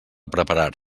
preparar